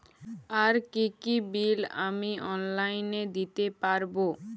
আর কি কি বিল আমি অনলাইনে দিতে পারবো?